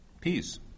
Peace